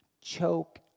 choke